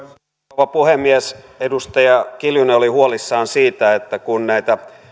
rouva puhemies edustaja kiljunen oli huolissaan siitä että kun näitä